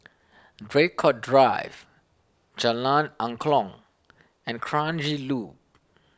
Draycott Drive Jalan Angklong and Kranji Loop